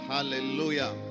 Hallelujah